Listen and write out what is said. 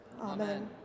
amen